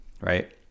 right